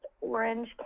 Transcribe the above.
orange